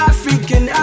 African